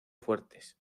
fuertes